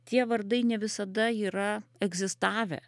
tie vardai ne visada yra egzistavę